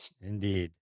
Indeed